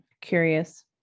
Curious